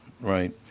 right